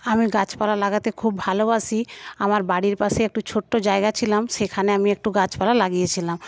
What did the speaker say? আমি গাছপালা লাগাতে খুব ভালোবাসি আমার বাড়ির পাশে একটা ছোট্ট জায়গা ছিল সেখানে আমি একটু গাছপালা লাগিয়েছিলাম